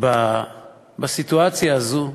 בסיטואציה הזאת,